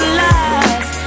lies